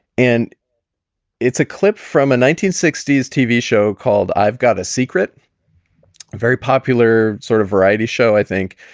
and it's a clip from a nineteen sixty s tv show called i've got a secret, a very popular sort of variety show, i think.